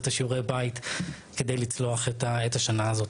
את שיעורי הבית כדי לצלוח את השנה הזו.